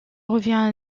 revient